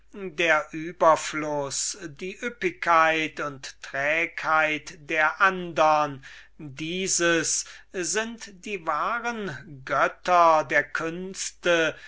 der überfluß die üppigkeit und die trägheit der andern dieses sind die wahren götter der künste